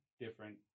different